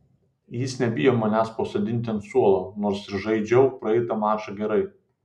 jis nebijo manęs pasodinti ant suolo nors ir žaidžiau praeitą mačą gerai